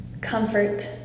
Comfort